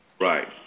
Right